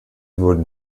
wurden